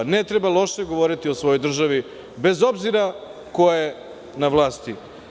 Ne treba loše govoriti o svojoj državi, bez obzira ko je na vlasti.